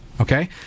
okay